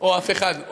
או אף אחד,